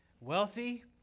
Wealthy